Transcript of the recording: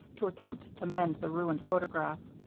to attempt to mend the ruined photograph,